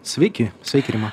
sveiki sveiki rima